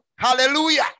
Hallelujah